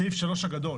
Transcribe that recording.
סעיף 3 הגדול.